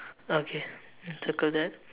oh okay circle that